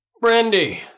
Brandy